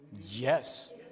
Yes